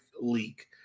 leak